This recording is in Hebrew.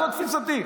זו תפיסתי.